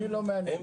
אני לא מהנגב.